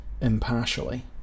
impartially